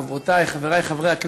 חברותי, חברי חברי הכנסת,